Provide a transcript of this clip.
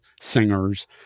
singers